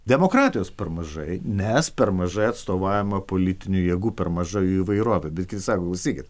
demokratijos per mažai nes per mažai atstovaujama politinių jėgų per maža jų įvairovė bet kiti sako klausykit